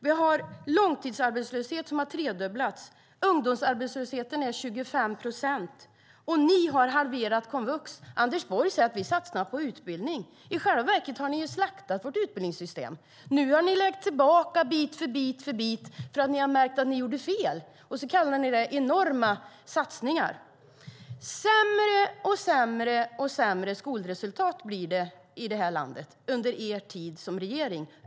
Vi har en långtidsarbetslöshet som har tredubblats. Ungdomsarbetslösheten är 25 procent. Och ni har halverat komvux. Anders Borg säger: Vi satsar på utbildning. I själva verket har ni slaktat vårt utbildningssystem. Nu har ni lagt tillbaka bit för bit därför att ni har märkt att ni gjorde fel, och så kallar ni det enorma satsningar. Sämre och sämre skolresultat har det blivit i det här landet under er tid som regering.